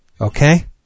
okay